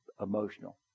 emotional